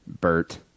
Bert